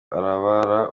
arabara